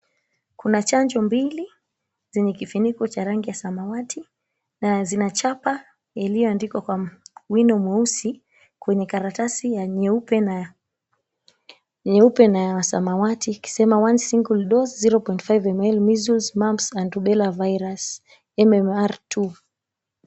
Kuna chanjo mbili, zenye kifuniko cha rangi ya samawati. Zina chapa iliyoandikwa kwa wino mweusi, kwenye karatasi ya nyeupe na ya samawati, ikisema, One single dose, 0.5mls Measles, Mumps and Rubella virus MMR2.